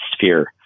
Sphere